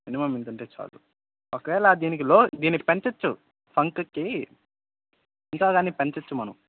minimum ఇంత ఉంటే చాలు ఒకవేళ దీనికిలో దీన్ని పెంచ వచ్చు ఫంక్కి ఇంకా గానీ పెంచ వచ్చు మనం